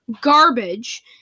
garbage